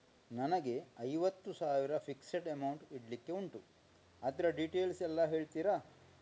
ನನಗೆ ಐವತ್ತು ಸಾವಿರ ಫಿಕ್ಸೆಡ್ ಅಮೌಂಟ್ ಇಡ್ಲಿಕ್ಕೆ ಉಂಟು ಅದ್ರ ಡೀಟೇಲ್ಸ್ ಎಲ್ಲಾ ಹೇಳ್ತೀರಾ?